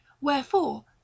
wherefore